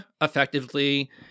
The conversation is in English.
effectively